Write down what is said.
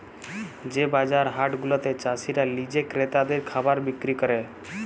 যে বাজার হাট গুলাতে চাসিরা লিজে ক্রেতাদের খাবার বিক্রি ক্যরে